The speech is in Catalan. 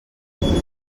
dels